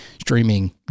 streaming